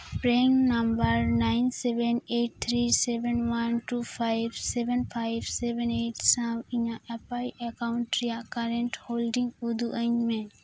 ᱯᱨᱟᱱ number nine seven eight three seven one two five seven five seven eight ᱥᱟᱶ ᱤᱧᱟᱹᱜ ᱟᱯᱟᱭ account ᱨᱮᱭᱟᱜ current holding ᱩᱫᱩᱜ ᱟᱹᱧ ᱢᱮ